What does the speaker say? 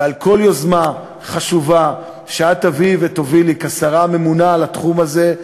לכל יוזמה חשובה שאת תביאי ותובילי כשרה הממונה על התחום הזה,